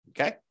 Okay